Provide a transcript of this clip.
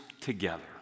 together